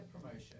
promotion